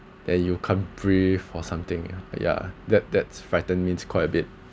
then you can't breathe or something yeah ya that that's frightens me quite a bit